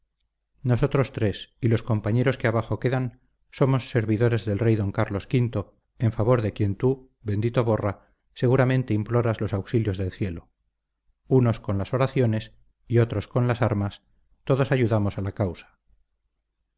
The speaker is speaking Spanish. nosotros tres y los compañeros que abajo quedan somos servidores del rey d carlos v en favor de quien tú bendito borra seguramente imploras los auxilios del cielo unos con las oraciones y otros con las armas todos ayudamos a la causa